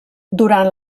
durant